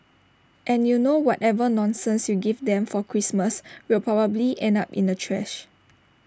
and you know whatever nonsense you give them for Christmas will probably end up in the trash